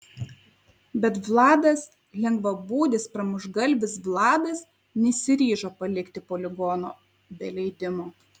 bet vladas lengvabūdis pramuštgalvis vladas nesiryžo palikti poligono be leidimo